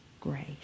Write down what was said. grace